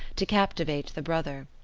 to captivate the brother.